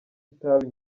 itabi